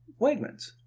Wegmans